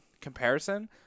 comparison